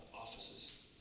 offices